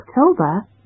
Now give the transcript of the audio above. October